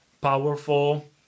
powerful